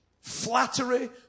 Flattery